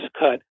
cut